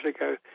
ago